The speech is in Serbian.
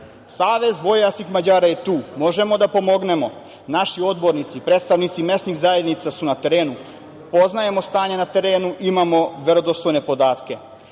vojvođanskih Mađara je tu. Možemo da pomognemo. Naši odbornici, predstavnici mesnih zajednica su na terenu. Poznajemo stanje na terenu. Imamo verodostojne